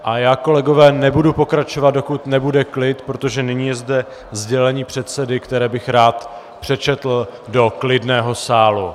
A já kolegové nebudu pokračovat, dokud nebude klid, protože nyní je zde sdělení předsedy, které bych rád přečetl do klidného sálu.